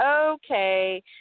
Okay